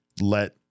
let